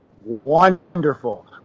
Wonderful